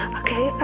okay